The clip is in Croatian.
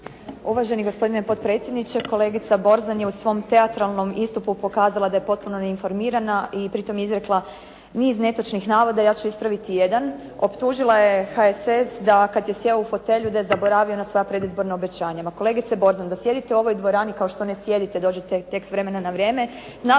Uvaženi gospodine potpredsjedniče, kolegica Borzan je u svom teatralnom istupu pokazala da je potpuno neinformirana i pri tome je izrekla niz netočnog navoda. Ja ću ispraviti jedan. Optužila je HSS da kad je sjeo u fotelju da je zaboravio na svoja predizborna obećanja. Ma kolegice Borzan, da sjedite u ovoj dvorani kao što ne sjedite, dođete tek s vremena na vrijeme,